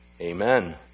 amen